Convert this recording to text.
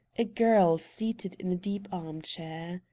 a girl seated in a deep arm-chair.